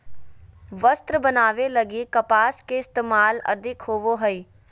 वस्त्र बनावे लगी कपास के इस्तेमाल अधिक होवो हय